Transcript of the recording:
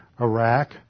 Iraq